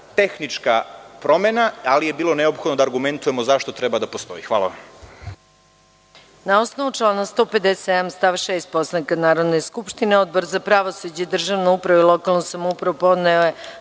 tehnička promena, ali je bilo neophodno da argumentujemo zašto treba da postoji. **Maja